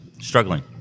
struggling